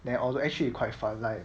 then all those actually quite fun like